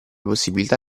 possibilità